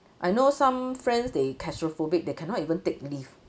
I know some friends they claustrophobic they cannot even take lift